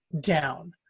down